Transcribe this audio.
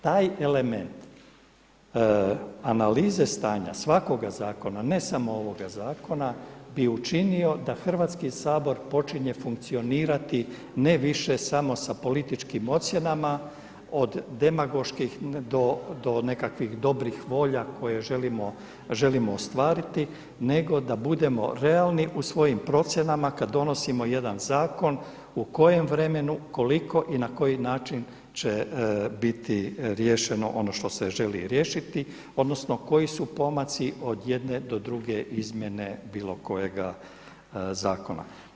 Taj element analize stanja svakoga zakona, ne samo ovoga zakon bi učinio da Hrvatski sabor počinje funkcionirati ne više samo sa političkim ocjenama od demagoških do nekakvih dobrih volja koje želimo ostvariti nego da budemo realni u svojim procjenama kada donosimo jedan zakon u kojem vremenu, koliko i na koji način će biti riješeno ono što se želi riješiti, odnosno koji su pomaci od jedne do druge izmjene bilo kojega zakona.